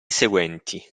seguenti